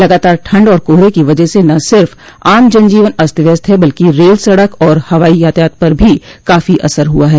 लगातार ठंड और कोहरे की वजह से न सिर्फ़ आम जनजीवन अस्त व्यस्त है बल्कि रेल सड़क और हवाई यातायात भी काफी असर हुआ है